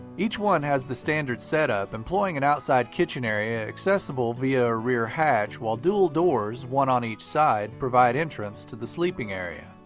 each one has the standard set up, employing an outside kitchen area accessible via a rear hatch, while dual doors, one on each side, provide entrance to the sleeping area.